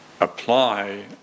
apply